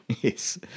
Yes